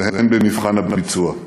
והן במבחן הביצוע.